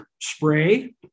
spray